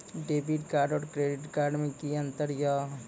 Debit card और credit card मे कि अंतर या?